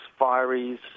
fireys